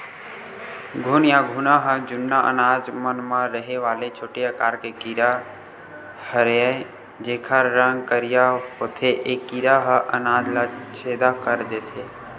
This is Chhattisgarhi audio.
घुन या घुना ह जुन्ना अनाज मन म रहें वाले छोटे आकार के कीरा हरयए जेकर रंग करिया होथे ए कीरा ह अनाज ल छेंदा कर देथे